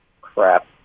Crap